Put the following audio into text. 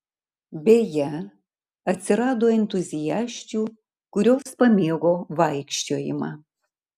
beje atsirado entuziasčių kurios pamėgo vaikščiojimą